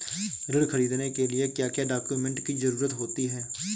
ऋण ख़रीदने के लिए क्या क्या डॉक्यूमेंट की ज़रुरत होती है?